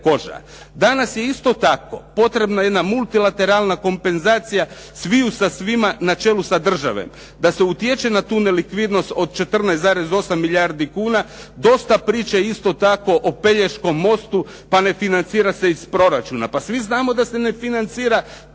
Danas je isto tako potrebna jedna multilateralna kompenzacija, sviju sa svima, na čelu sa državom. Da se utječe na tu nelikvidnost od 14,8 milijardi kuna. Dosta priče isto tako o Pelješkom mostu, pa ne financira se iz proračuna. Pa svi znamo da se ne financira